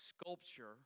sculpture